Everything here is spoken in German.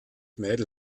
mädel